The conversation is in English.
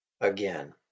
Again